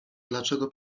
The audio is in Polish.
dlaczego